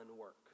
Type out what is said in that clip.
work